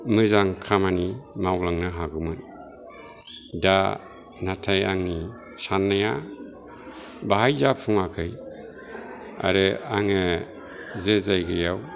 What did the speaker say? मोजां खामानि मावलांनो हागौमोन दा नाथाय आंनि साननाया बाहाय जाफुङाखै आरो आङो जे जायगायाव